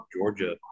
Georgia